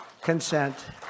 consent